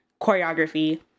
choreography